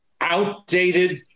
outdated